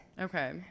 Okay